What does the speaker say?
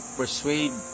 persuade